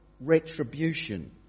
retribution